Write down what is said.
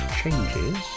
changes